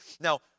Now